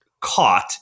caught